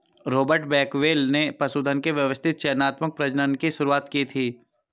Robert Bakewell ने पशुधन के व्यवस्थित चयनात्मक प्रजनन की शुरुआत की थी